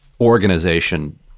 organization